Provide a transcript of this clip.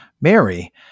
Mary